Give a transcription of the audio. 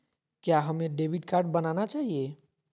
क्या हमें debit card बनाना चाहिए?